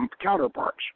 counterparts